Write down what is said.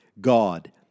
God